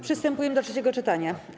Przystępujemy do trzeciego czytania.